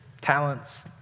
talents